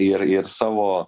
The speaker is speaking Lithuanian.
ir ir savo